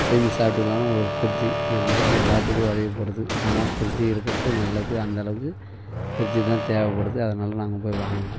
செஞ்சு சாப்பிடுக்கலாம் ஒரு ஃப்ரிட்ஜூ இருந்தால் எல்லாத்துக்கும் உதவிப்படுது ஆனால் ஃப்ரிட்ஜூ இருக்கிறது நல்லது அந்த அளவுக்கு ஃப்ரிட்ஜூ தான் தேவைப்படுது அதனால நாங்கள் போய் வாங்குனோம்